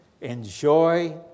enjoy